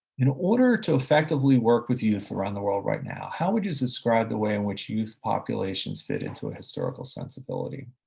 you know order to effectively work with youth around the world right now, how would you describe the way in which youth populations fit into a historical sensibility?